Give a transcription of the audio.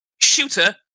shooter